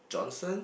Johnson